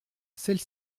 celle